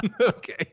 Okay